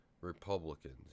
Republicans